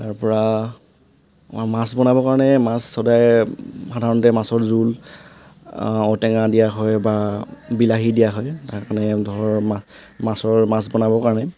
তাৰপৰা আমাৰ মাছ বনাবৰ কাৰণে মাছ সদায় সাধাৰণতে মাছৰ জোল ঔটেঙা দিয়া হয় বা বিলাহী দিয়া হয় তাৰমানে ধৰ মা মাছৰ মাছ বনাবৰ কাৰণে